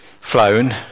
flown